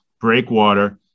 breakwater